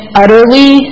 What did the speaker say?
utterly